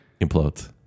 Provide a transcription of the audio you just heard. implodes